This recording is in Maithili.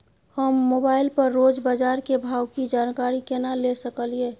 हम मोबाइल पर रोज बाजार के भाव की जानकारी केना ले सकलियै?